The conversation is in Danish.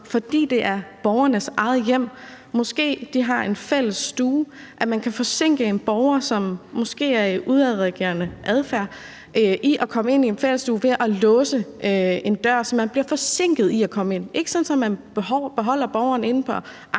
fordi det er borgernes eget hjem og de har en fælles stue, kan forsinke en borger, som måske har en udadreagerende adfærd, i at komme ind i den fælles stue ved at låse en dør, så man bliver altså forsinker borgeren i at komme ind. Det skal ikke være sådan, at man beholder borgeren inde på